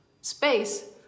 space